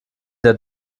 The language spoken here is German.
der